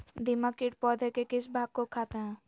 दीमक किट पौधे के किस भाग को खाते हैं?